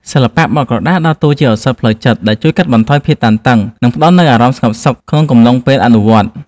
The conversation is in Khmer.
សិល្បៈបត់ក្រដាសដើរតួជាឱសថផ្លូវចិត្តដែលជួយកាត់បន្ថយភាពតានតឹង និងផ្ដល់នូវអារម្មណ៍ស្ងប់សុខក្នុងកំឡុងពេលអនុវត្ត។